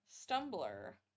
Stumbler